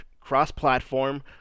cross-platform